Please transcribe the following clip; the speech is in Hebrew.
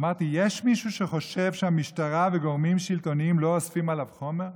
ואמרתי: יש מישהו שחושב שהמשטרה וגורמים שלטוניים לא אוספים עליו חומר?